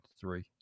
three